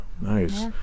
nice